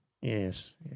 Yes